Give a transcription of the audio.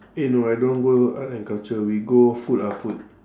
eh no I don't want go art and culture we go food lah food